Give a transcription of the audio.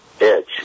edge